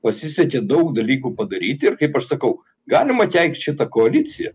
pasisekė daug dalykų padaryti ir kaip aš sakau galima keikt šitą koaliciją